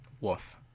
Woof